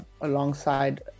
alongside